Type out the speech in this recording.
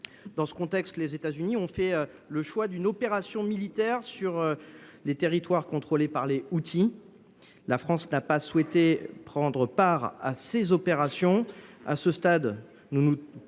Dans ce contexte, les États Unis ont fait le choix d’une opération militaire sur les territoires contrôlés par les Houthis. La France n’a pas souhaité y prendre part. À ce stade, nous nous